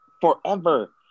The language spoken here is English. forever